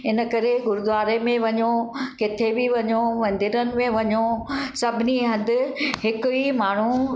हिन करे गुरूद्वारे में वञो किथे बि वञो मंदिरनि में वञो सभिनी हंधि हिकु ई माण्हू